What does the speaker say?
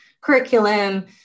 curriculum